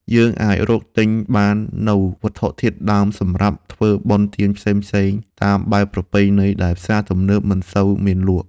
យើងអាចរកទិញបាននូវវត្ថុធាតុដើមសម្រាប់ធ្វើបុណ្យទានផ្សេងៗតាមបែបប្រពៃណីដែលផ្សារទំនើបមិនសូវមានលក់។